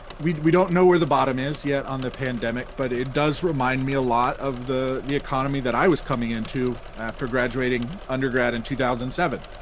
we we don't know where the bottom is yet on the pandemic, but it does remind me a lot of the the economy that i was coming into after graduating undergrad in two thousand and seven.